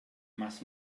más